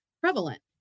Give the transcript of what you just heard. prevalent